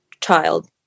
child